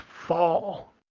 fall